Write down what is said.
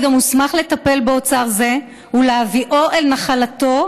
המוסמך לטפל באוצר זה ולהביאו אל נחלתו